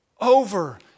Over